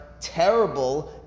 terrible